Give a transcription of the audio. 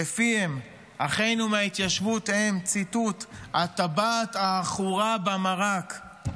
שלפיהם אחינו מהתיישבות הם "הטבעת העכורה במרק",